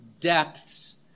depths